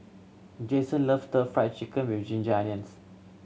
Jason loves Stir Fried Chicken With Ginger Onions